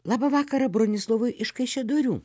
labą vakarą bronislovui iš kaišiadorių